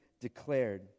declared